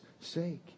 sake